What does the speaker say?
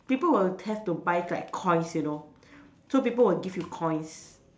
people will have to buy like coins you know so people will give you coins